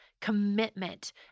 commitment